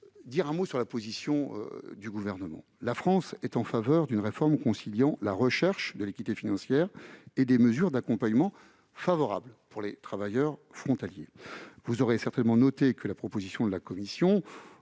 des conditions de suivi de ces publics. La France est en faveur d'une réforme conciliant la recherche de l'équité financière et des mesures d'accompagnement favorables pour les travailleurs frontaliers. Vous aurez certainement noté que la proposition de la Commission